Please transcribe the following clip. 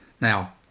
Now